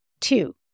Two